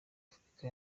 afurika